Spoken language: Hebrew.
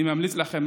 אני ממליץ לכם,